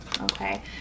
Okay